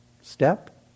step